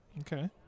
Okay